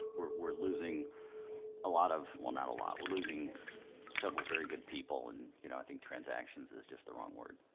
we're we're losing a lot of well not a lot we're losing several very good people and, you know, i think transactions is just the wrong word.